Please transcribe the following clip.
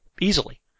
easily